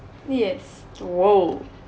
yes !whoa!